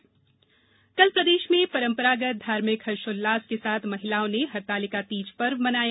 हरतालिका तीज कल प्रदेष में परंपरागत धार्मिक हर्षोल्लास के साथ महिलाओं ने हरतालिका तीज पर्व मनाया